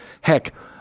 heck